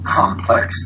complex